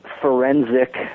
forensic